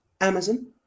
amazon